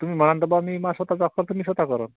तुम्ही म्हणाल तर बा मी मा स्वत च दाखवाल तर तुम्ही स्वतः करा